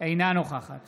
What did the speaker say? אינה נוכחת